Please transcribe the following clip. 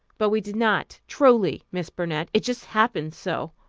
but we did not, truly, miss burnett. it just happened so.